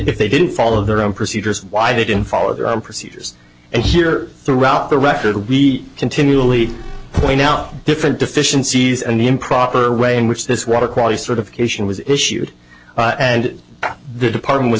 if they didn't follow their own procedures why didn't follow the procedures and here throughout the record we continually point out different deficiencies and the improper way in which this water quality sort of creation was issued and the department was